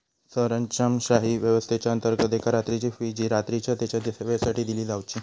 सरंजामशाही व्यवस्थेच्याअंतर्गत एका रात्रीची फी जी रात्रीच्या तेच्या सेवेसाठी दिली जावची